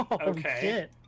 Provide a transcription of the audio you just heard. okay